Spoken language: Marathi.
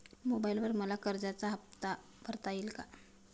मोबाइलवर मला कर्जाचा हफ्ता भरता येईल का?